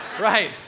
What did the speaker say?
Right